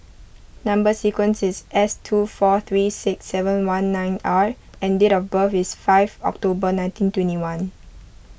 Number Sequence is S two four three six seven one nine R and date of birth is five October nineteen twenty one